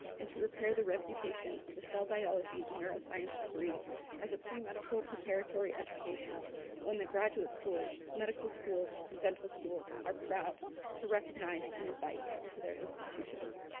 and to repair the reputation of cell biology and neuroscience degree as a premedical preparatory education on the graduate schools, medical schools and dental schools are proud to recognize and invite into their institutions.